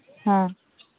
ᱦᱮᱸ